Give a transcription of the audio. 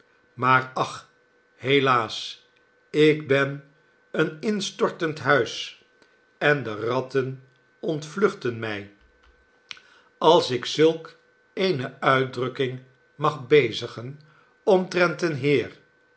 maar ach helaas ik ben een instortend huis en de ratten ontvluchten mij als ik zulk eene uitdrukking mag bezigen omtrent een heer